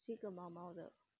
是个毛毛的